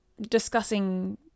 discussing